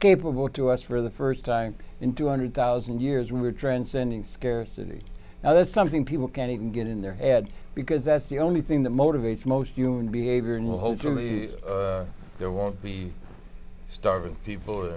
capable to us for the st time in two hundred thousand years we were transcending scarcity now that's something people can't even get in their heads because that's the only thing that motivates most human behavior and will hopefully there won't be starving people or